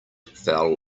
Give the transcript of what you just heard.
fell